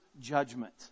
judgment